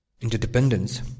interdependence